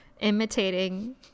Imitating